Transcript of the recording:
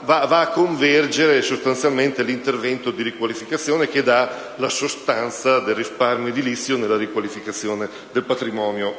va a convergere sostanzialmente l'intervento di riqualificazione che dà la sostanza del risparmio edilizio nella riqualificazione del patrimonio